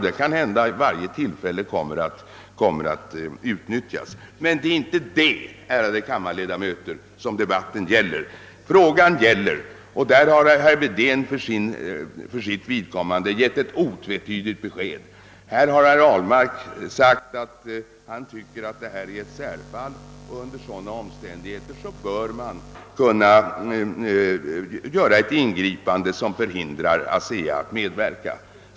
Jag kan försäkra att varje tillfälle kommer att utnyttjas. Men, ärade kammarledamöter, debatten gäller icke detta. Vad frågan gäller har herr Wedén för sitt vidkommande givit ett otvetydigt besked om. Herr Ahlmark har sagt att detta är ett särfall. Under sådana omständigheter bör man kunna göra ett ingripande som förhindrar ASEA att medverka.